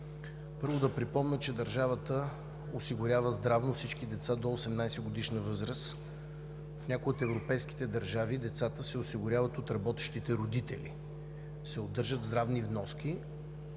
Първо да припомня, че държавата осигурява здравно всички деца до 18-годишна възраст. В някои от европейските държави децата се осигуряват от работещите родители – удържат се здравни вноски,